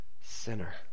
Sinner